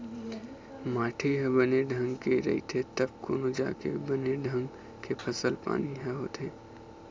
माटी ह बने ढंग के रहिथे तब कोनो जाके बने ढंग के फसल पानी ह होथे